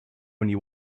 one